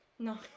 no